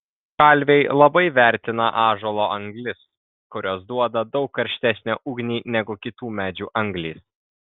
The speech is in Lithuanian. kalviai labai vertina ąžuolo anglis kurios duoda daug karštesnę ugnį negu kitų medžių anglys